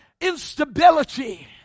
instability